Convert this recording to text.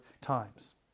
times